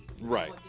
Right